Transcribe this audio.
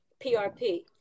PRP